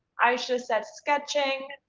aisha said sketching,